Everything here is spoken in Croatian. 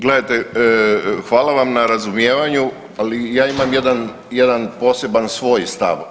Gledajte hvala vam na razumijevanju, ali ja imam jedan poseban svoj stav.